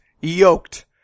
Yoked